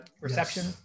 reception